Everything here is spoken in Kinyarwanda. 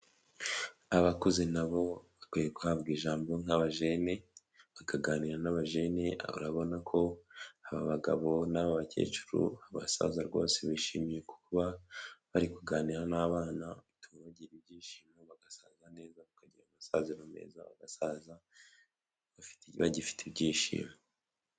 Abakuze nabo bakwiye guhabwa ijambo nk'abajene bakaganira n'abajene; urabona ko aba bagabo n'abakecuru, abasaza rwose bishimiye kuba bari kuganira n'abana bigatuma bagira ibyishimo bagasaza neza bakagira amasaziro meza bagasaza bagifite ibyishimo.